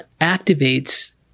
activates